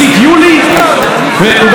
הוא גם כתב על זה מאמרים,